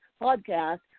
podcast